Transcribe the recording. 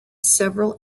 several